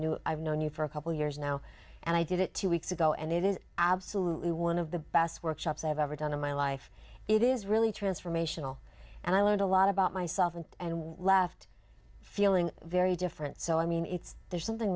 knew i've known you for a couple years now and i did it two weeks ago and it is absolutely one of the best workshops i've ever done in my life it is really transformational and i learned a lot about myself and left feeling very different so i mean it's there's something